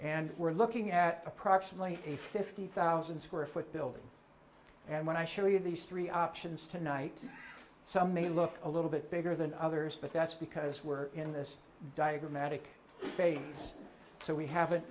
and we're looking at approximately a fifty thousand square foot building and when i show you these three options tonight some may look a little bit bigger than others but that's because we're in this diagrammatic phase so we haven't